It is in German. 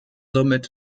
somit